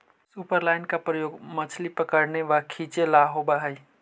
superline का प्रयोग मछली पकड़ने व खींचे ला होव हई